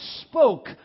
spoke